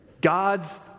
God's